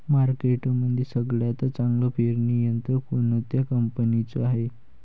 मार्केटमंदी सगळ्यात चांगलं पेरणी यंत्र कोनत्या कंपनीचं हाये?